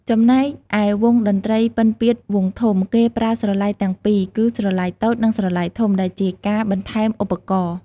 ចំណែកឯវង់តន្ត្រីពិណពាទ្យវង់ធំ គេប្រើស្រឡៃទាំងពីរ គឺស្រឡៃតូច និងស្រឡៃធំ ដែលជាការបន្ថែមឧបករណ៍។